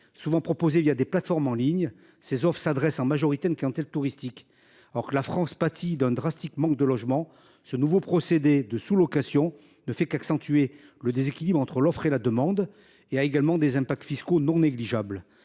Souvent proposées des plateformes en ligne, ces offres s’adressent en majorité à une clientèle touristique. Alors que la France pâtit d’un manque drastique de logements, ce nouveau procédé de sous location ne fait qu’accentuer le déséquilibre entre l’offre et la demande. Il a également des impacts fiscaux non négligeables.